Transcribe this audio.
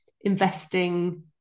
investing